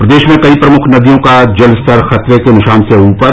प्रदेश में कई प्रमुख नदियों का जलस्तर खतरे के निशान से ऊपर